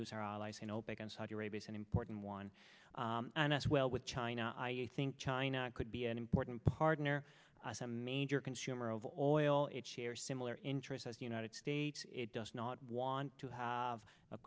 use our allies in opec and saudi arabia is an important one and as well with china i think china could be an important partner a major consumer of oil it share similar interests as the united states it does not want to have a